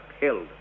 held